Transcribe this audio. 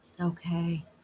Okay